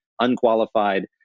unqualified